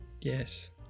Yes